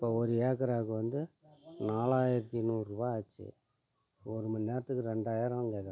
இப்போ ஒரு ஏக்கராக்கு வந்து நாலாயிரத்தி நூறுரூவா ஆச்சு ஒரு மணி நேரத்துக்கு ரெண்டாயிரம் கேட்கறாங்க